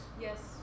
Yes